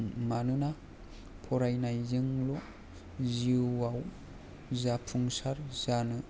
मानोना फरायनायजोंल' जिउआव जाफुंसार जानो